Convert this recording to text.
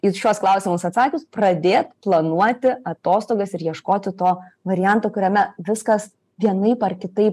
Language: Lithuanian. į šiuos klausimus atsakius pradėt planuoti atostogas ir ieškoti to varianto kuriame viskas vienaip ar kitaip